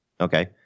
Okay